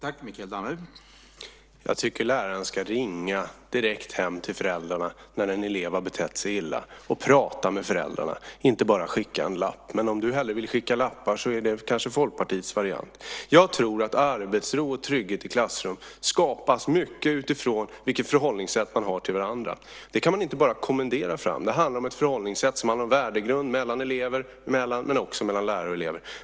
Herr talman! Jag tycker att läraren ska ringa direkt hem till föräldrarna när en elev har betett sig illa och prata med föräldrarna, inte bara skicka en lapp. Men om du hellre vill skicka lappar är det kanske Folkpartiets variant. Jag tror att arbetsro och trygghet i klassrum skapas mycket utifrån vilket förhållningssätt man har till varandra. Det kan man inte bara kommendera fram. Det handlar om ett förhållningssätt och att man har en värdegrund mellan elever men också mellan lärare och elever.